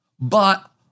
but-